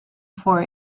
for